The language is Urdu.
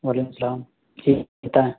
وعلیکم السلام جی بتائیں